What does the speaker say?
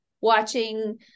watching